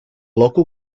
local